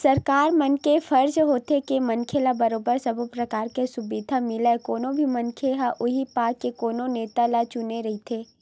सरकार मन के फरज होथे के मनखे ल बरोबर सब्बो परकार के सुबिधा मिलय कोनो भी मनखे ह उहीं पाय के कोनो नेता ल चुने रहिथे